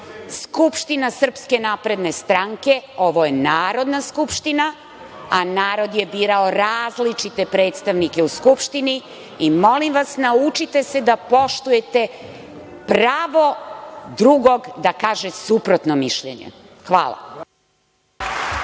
Skupština SNS, ovo je Narodna skupština, a narod je birao različite predstavnike u Skupštini i molim vas naučite se da poštujete pravo drugog da kaže suprotno mišljenje. Hvala.